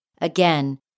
Again